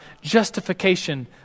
justification